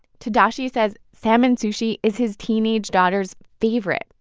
tadashi says salmon sushi is his teenage daughter's favorite.